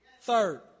Third